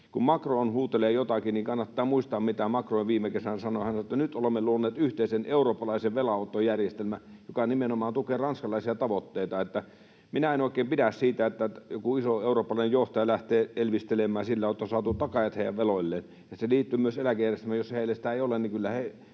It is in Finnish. Kun Macron huutelee jotakin, niin kannattaa muistaa, mitä Macron viime kesänä sanoi. Hän sanoi, että nyt olemme luoneet yhteisen eurooppalaisen velanottojärjestelmän, joka nimenomaan tukee ranskalaisia tavoitteita. Minä en oikein pidä siitä, että joku iso eurooppalainen johtaja lähtee elvistelemään sillä, että on saatu takaajat heidän veloilleen. Se liittyy myös eläkejärjestelmään: jos heillä sitä ei ole, niin kyllä he